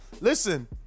Listen